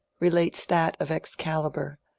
relates that of excalibur,